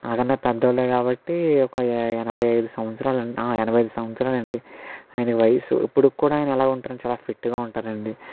నాకన్నా పెద్ద వాళ్ళు కాబట్టి ఒక ఎనభై ఐదు సంవత్సరాల ఆ ఎనభై ఐదు సంవత్సరాలు అండి ఆయన వయసు ఇప్పుడు కూడా ఎలా ఉంటారు అంటే చాలా ఫిట్టుగా ఉంటారు అండి